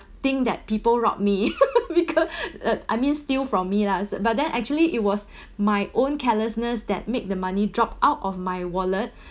think that people rob me because uh I mean steal from me lah so but then actually it was my own carelessness that make the money drop out of my wallet